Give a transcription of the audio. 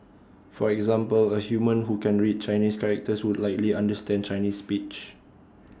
for example A human who can read Chinese characters would likely understand Chinese speech